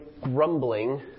grumbling